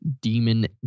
demon